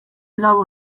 lau